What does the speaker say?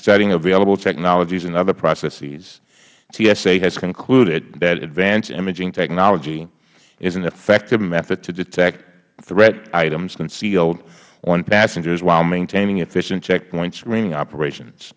studying available technologies and other processes tsa has concluded that advanced imaging technology is an effective method to detect threat items concealed on passengers while maintaining efficient checkpoint screening operations